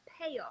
payoff